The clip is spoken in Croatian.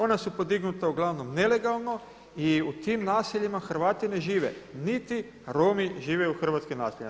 Ona su podignuta uglavnom nelegalno i u tim naseljima Hrvati ne žive, niti Romi žive u hrvatskim naseljima.